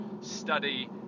study